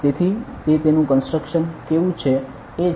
તેથી તે તેનું કન્સ્ટ્રકશન કેવુ છે એ છે